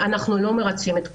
אנחנו לא מרצפים את כולם.